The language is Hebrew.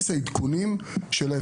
הנפחים היום לא מותאמים לדרישות של ה-FIM.